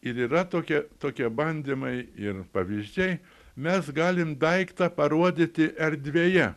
ir yra tokie tokie bandymai ir pavyzdžiai mes galim daiktą parodyti erdvėje